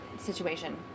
situation